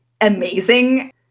amazing